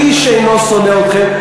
איש אינו שונא אתכם.